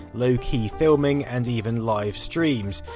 low key filming and even live streams.